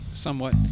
somewhat